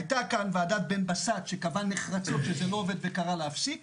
הייתה כאן ועדת בן בסט שקבעה נחרצות שזה לא עובד וקראה להפסיק.